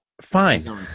Fine